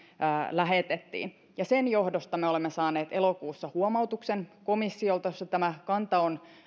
lähetettiin niin sen johdosta me olemme saaneet elokuussa huomautuksen komissiolta jossa tämä kanta on